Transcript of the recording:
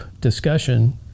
discussion